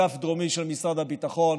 באגף הדרומי של משרד הביטחון.